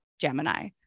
Gemini